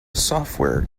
software